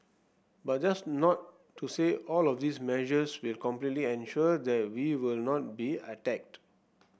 but that's not to say all of these measures will completely ensure that we will not be attacked